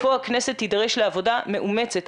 פה הכנסת תידרש לעבודה מאומצת.